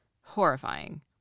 horrifying